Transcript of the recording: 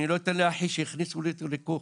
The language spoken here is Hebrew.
אני לא אתן לאחי שיכניסו אותו לכוך.